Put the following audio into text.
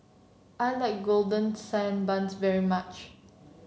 I like Golden Sand Buns very much